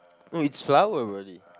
no it's flower really